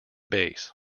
base